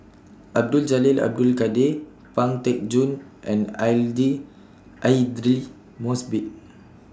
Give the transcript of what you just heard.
Abdul Jalil Abdul Kadir Pang Teck Joon and I D Aidli Mosbit